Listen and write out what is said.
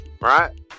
Right